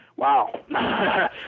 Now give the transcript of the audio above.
Wow